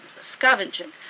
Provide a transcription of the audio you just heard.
scavenging